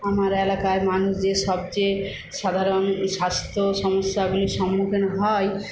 আমার এলাকার মানুষ যে সবচেয়ে সাধারণ স্বাস্থ্য সমস্যাগুলির সম্মুখীন হয়